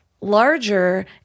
larger